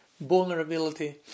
vulnerability